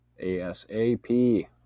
ASAP